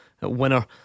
Winner